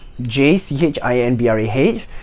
j-c-h-i-n-b-r-a-h